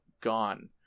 gone